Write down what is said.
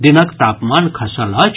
दिनक तापमान खसल अछि